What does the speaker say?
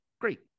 Great